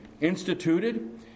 instituted